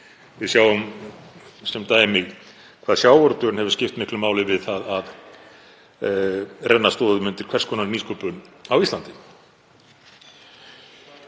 Við sjáum sem dæmi hvað sjávarútvegurinn hefur skipt miklu máli við það að renna stoðum undir hvers konar nýsköpun á Íslandi.